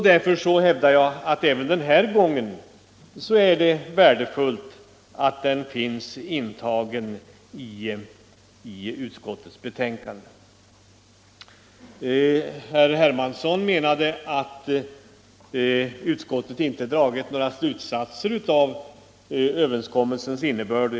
Därför hävdar jag att även denna gång är det värdefullt att överenskommelsen finns intagen i utskottets betänkande. Utskottet bygger sina slutsatser på överenskommelsen. Herr Hermansson menade att utskottet inte dragit några slutsatser av överenskommelsens innebörd.